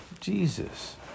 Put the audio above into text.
Jesus